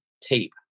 tape